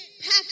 pack